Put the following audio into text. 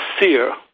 seer